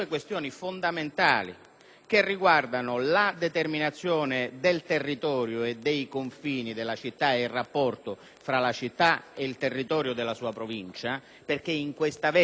che riguardano la determinazione del territorio e dei confini della città ed il rapporto tra la città ed il territorio della sua Provincia perché è in questa veste che si deve